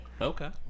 Okay